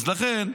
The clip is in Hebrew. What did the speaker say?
אז לכן,